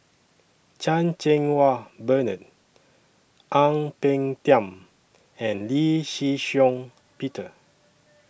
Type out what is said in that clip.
Chan Cheng Wah Bernard Ang Peng Tiam and Lee Shih Shiong Peter